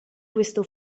questo